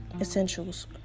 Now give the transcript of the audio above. essentials